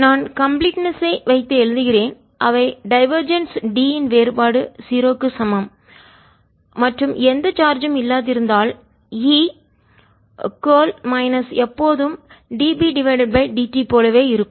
நான் கம்ப்ளிட்ட்னஸ் ஐ முழுமை வைத்து எழுதுகிறேன் அவை டைவர்ஜெண்ட்ஸ் d இன் வேறுபாடு 0 க்கு சமம் மற்றும் எந்த சார்ஜும் இல்லாதிருந்தால் E கார்ல் மைனஸ் எப்போதும் d b d t போலவே இருக்கும்